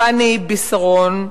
פאני ביסרון,